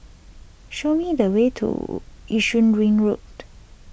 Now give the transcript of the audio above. show me the way to Yishun Ring Road